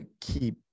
keep